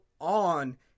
on